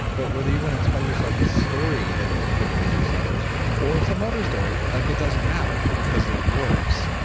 but whether you want to tell yourself a story that it's because of these receptors or some other story, like it doesn't matter because it works.